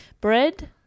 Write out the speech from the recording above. bread